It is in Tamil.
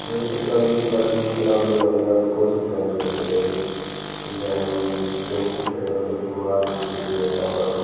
விழுப்புரத்தில் வந்து கல்விக்கெலாம் வந்து நிறையா வந்து கோச்சிங் சென்டர் இருக்குது இங்கே ஜங்ஷன் சைட் வந்து குமார் இன்ஸ்ட்டிட்யூட்டுனு அப்புறம்